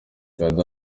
kanda